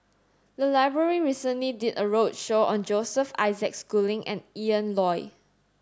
the library recently did a roadshow on Joseph Isaac Schooling and Ian Loy